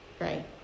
right